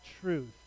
truth